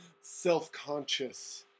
self-conscious